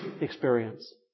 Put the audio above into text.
experience